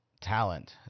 Talent